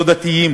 לא-דתיים,